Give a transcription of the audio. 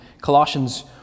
Colossians